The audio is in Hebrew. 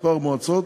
כמה מועצות,